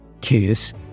Kiss